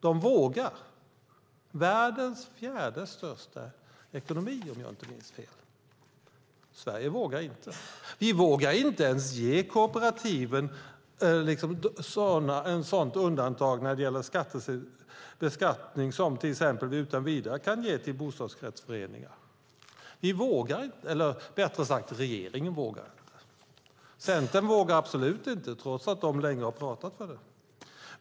De vågar - världens fjärde största ekonomi, om jag inte minns fel. Sverige vågar inte. Vi vågar inte ens ge kooperativen ett sådant undantag när det gäller beskattning som vi utan vidare kan ge till bostadsrättsföreningar. Vi vågar inte, eller rättare sagt regeringen vågar inte. Centern vågar absolut inte, trots att de länge har pratat om det.